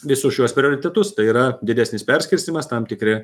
visus šiuos prioritetus tai yra didesnis perskirstymas tam tikri